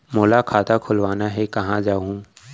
मोला खाता खोलवाना हे, कहाँ जाहूँ?